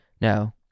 No